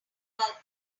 about